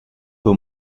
peu